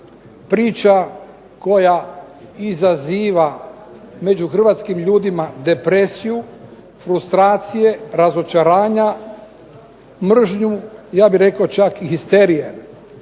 Priča koja izaziva među hrvatskim ljudima depresiju, frustracije, razočaranja, mržnju ja bih rekao čak i histerije.